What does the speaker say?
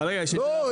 אבל רגע יש